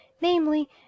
namely